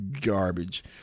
garbage